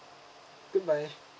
good bye